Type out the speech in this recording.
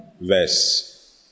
verse